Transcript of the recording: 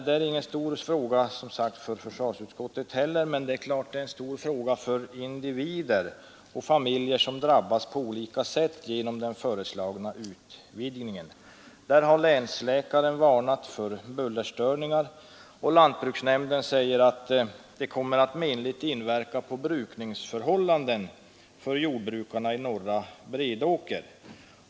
Det är inte heller för försvarsutskottet någon stor fråga, men det är självfallet en stor fråga för individer och för familjer som drabbas på olika sätt genom den föreslagna utvidgningen. Länsläkaren har varnat för bullerstörningar och lantbruksnämnden säger att utvidgningen menligt kommer att inverka på brukningsförhållandena för jordbrukarna i Norra Bredåker.